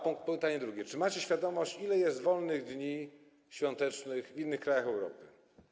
Pytanie drugie: Czy macie świadomość, ile jest wolnych dni świątecznych w innych krajach Europy?